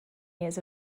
years